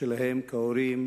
שלהם כהורים